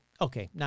Okay